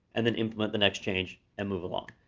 and then implement the next change, and move along.